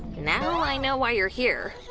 now i know why you're here,